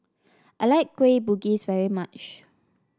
I like Kueh Bugis very much